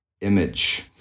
image